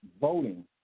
voting